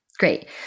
Great